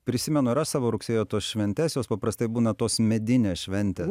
prisimenu ir aš savo rugsėjo tas šventes jos paprastai būna tos medinės šventės